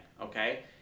okay